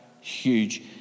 huge